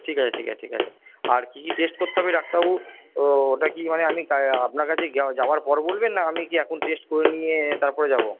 ঠিক আছে ঠিক আছে ঠিক আছে আর কি কি টেস্ট করতে হবে ডাক্তারবাবু ও ওটা কি মানে আমি আপনার কাছে যাওয়ার পর বলবেন না আমি কি এখন টেস্ট করে নিয়ে তারপরে যাবো